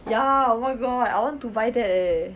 ya oh my god I want to buy that eh